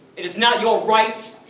it is not your right!